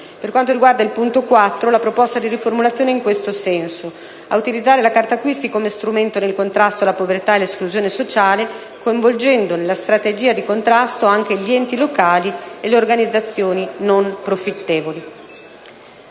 di riformulare il punto 4) del dispositivo in questo senso: «ad utilizzare la carta acquisti come strumento nel contrasto alla povertà e l'esclusione sociale, coinvolgendo nella strategia di contrasto anche gli enti locali e le organizzazioni non profittevoli».